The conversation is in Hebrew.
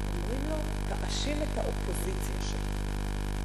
אומרים לו: תאשים את האופוזיציה שלך.